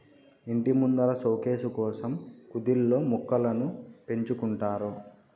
ఇంటి ముందర సోకేసు కోసం కుదిల్లో మొక్కలను పెంచుకుంటారు